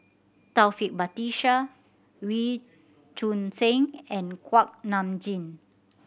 Taufik Batisah Wee Choon Seng and Kuak Nam Jin